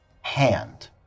hand